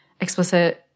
explicit